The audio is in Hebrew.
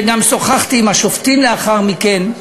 גם שוחחתי עם השופטים לאחר מכן.